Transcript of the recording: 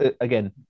again